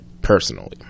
personally